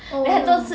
oh no